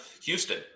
Houston